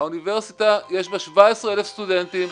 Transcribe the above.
האוניברסיטה, יש בה 17,000 סטודנטים,